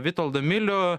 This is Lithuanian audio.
vitoldą milių